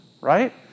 right